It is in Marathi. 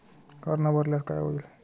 कर न भरल्यास काय होईल?